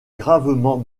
gravement